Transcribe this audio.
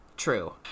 true